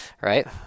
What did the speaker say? Right